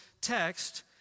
text